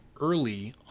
early